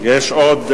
יש עוד,